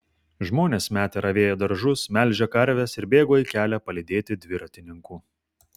žmonės metė ravėję daržus melžę karves ir bėgo į kelią palydėti dviratininkų